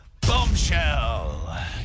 bombshell